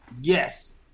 Yes